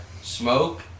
smoke